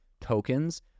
tokens